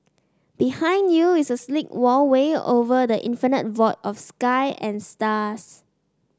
behind you is a sleek walkway over the infinite void of sky and stars